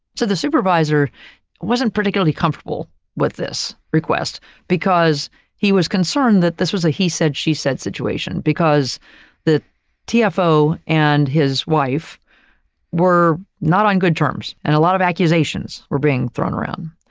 so, the supervisor wasn't particularly comfortable with this request because he was concerned that this was a he said she said situation because the tfo and his wife were not on good terms, and a lot of accusations are being thrown around.